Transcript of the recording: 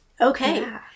Okay